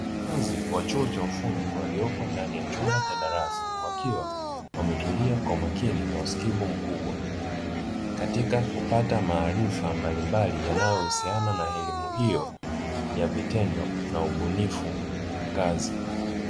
Wanafunzi wa chuo cha ufundi waliopo ndani ya chumba cha darasa, wakiwa wametulia kwa umakini na usikivu mkubwa, katika kupata maarifa mbalimbali yanayohusiana na elimu hiyo ya vitendo na ubunifu wa kazi.